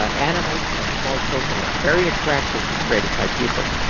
ah animals and small children are very attracted to creative type people,